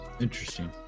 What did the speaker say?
Interesting